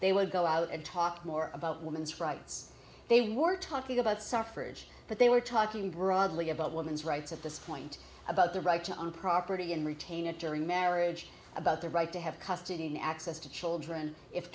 they would go out and talk more about women's rights they were talking about suffrage but they were talking broadly about women's rights at this point about the right to own property and retain it during marriage about their right to have custody and access to children if